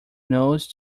nose